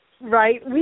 Right